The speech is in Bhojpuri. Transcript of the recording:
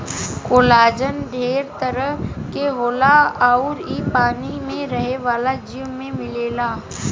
कोलाजन ढेर तरह के होला अउर इ पानी में रहे वाला जीव में मिलेला